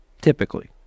typically